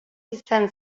izango